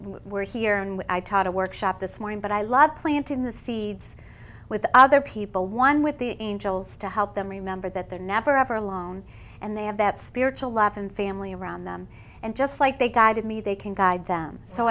we're here i taught a workshop this morning but i love planting the seeds with other people one with the angels to help them remember that they're never ever allow own and they have that spiritual life and family around them and just like they guided me they can guide them so